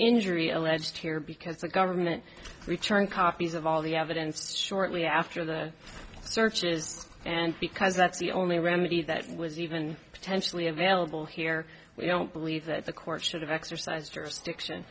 injury alleged here because the government returned copies of all the evidence shortly after the searches and because that's the only remedy that was even potentially available here we don't believe that the court should have exercised stiction